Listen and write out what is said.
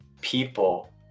people